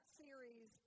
series